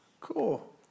Cool